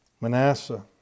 Manasseh